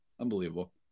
Unbelievable